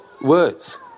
words